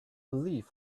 believe